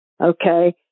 Okay